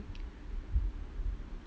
mm